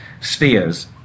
spheres